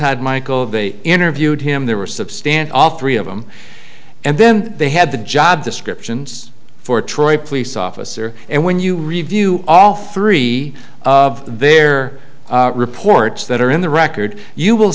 michael they interviewed him they were substantial all three of them and then they had the job descriptions for troy police officer and when you review all three of their reports that are in the record you will